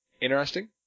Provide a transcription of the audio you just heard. interesting